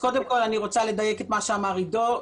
אני רוצה לדייק את מה שאמר היועץ המשפטי עידו.